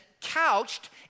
couched